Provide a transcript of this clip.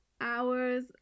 hours